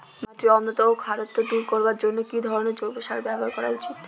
মাটির অম্লত্ব ও খারত্ব দূর করবার জন্য কি ধরণের জৈব সার ব্যাবহার করা উচিৎ?